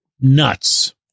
nuts